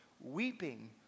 weeping